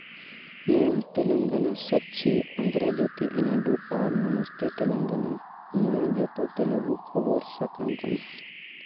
ᱱᱚᱣᱟ ᱛᱮᱞᱮᱝᱜᱟᱱᱟ ᱥᱟᱠᱪᱷᱤ ᱚᱱᱫᱷᱨᱚ ᱡᱚᱛᱤ ᱮᱱᱟᱰᱩ ᱟᱨ ᱱᱚᱢᱚᱥᱛᱮ ᱛᱮᱞᱮᱝᱜᱟᱱᱟ ᱱᱚᱣᱟ ᱡᱚᱛᱚ ᱛᱮᱞᱮᱜᱩ ᱠᱷᱚᱵᱚᱨ ᱥᱟᱠᱟᱢ ᱠᱟᱱᱟ